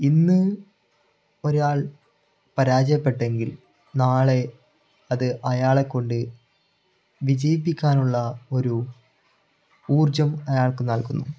ഇന്ന് ഒരാൾ പരാജയപ്പെട്ടങ്കിൽ നാളെ അത് അയാളെക്കൊണ്ട് വിജയിപ്പിക്കാനുള്ള ഒരു ഊർജ്ജം അയാൾക്ക് നൽകുന്നു